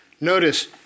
Notice